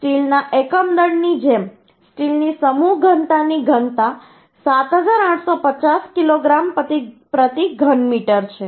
સ્ટીલના એકમ દળની જેમ સ્ટીલની સમૂહ ઘનતાની ઘનતા 7850 કિગ્રા પ્રતિ ઘન મીટર છે